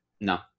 No